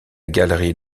galerie